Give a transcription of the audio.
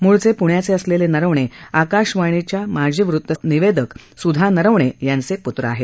मूळचे प्ण्याचे असलेले नरवणे आकाशवाणीच्या माजी वृतनिवेदक सुधा नरवणे यांचे प्त्र आहेत